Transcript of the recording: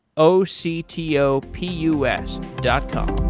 o c t o p u s dot com